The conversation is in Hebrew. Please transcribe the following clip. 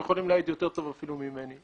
הם יכולים להעיד יותר טוב אפילו ממני.